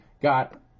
got